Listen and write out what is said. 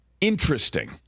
Interesting